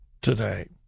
today